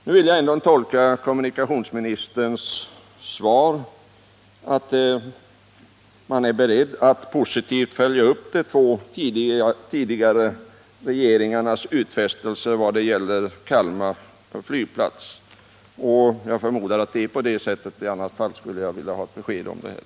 Jag vill ändå tolka kommunikationsministerns svar så, att hon är beredd att positivt följa upp de två tidigare regeringarnas utfästelser i vad gäller Kalmar flygplats. I annat fall skulle jag vilja ha ett besked om saken.